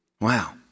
Wow